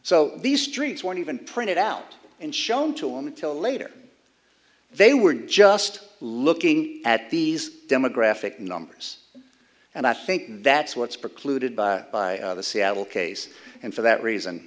so these streets when even printed out and shown to him until later they were just looking at these demographic numbers and i think that's what's precluded by by the seattle case and for that reason